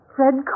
Fred